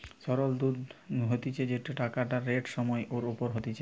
সরল সুধ হতিছে যেই টাকাটা রেট সময় এর ওপর হতিছে